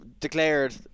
Declared